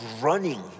running